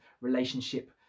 relationship